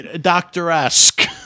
doctor-esque